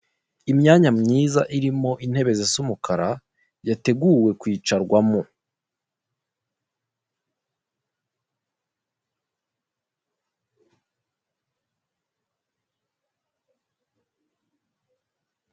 Imyanya myiza irimo intebe zisa umukara yateguwe kwicarwamo.